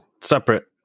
separate